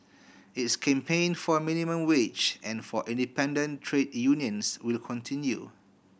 its campaign for minimum wage and for independent trade unions will continue